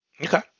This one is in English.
Okay